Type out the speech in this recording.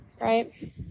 Right